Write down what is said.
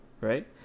right